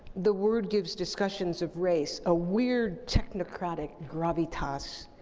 the word gives discussions of race a weird technocratic gravitas,